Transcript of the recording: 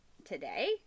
Today